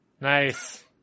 Nice